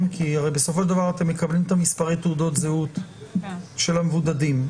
בסופו של דבר אתם מקבלים את מספרי תעודות הזהות של המבודדים,